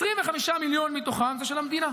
25 מיליון מתוכם זה של המדינה.